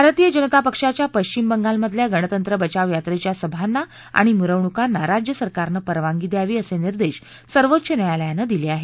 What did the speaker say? भारतीय जनता पक्षाच्या पश्चिम बंगालमधल्या गणतंत्र बचाव यात्रेच्या सभांना आणि मिरवणुकांना राज्य सरकारनं परवानगी द्यावी असे निर्देश सर्वोच्च न्यायालयानं दिले आहेत